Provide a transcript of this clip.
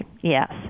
yes